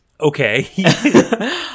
okay